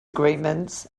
agreements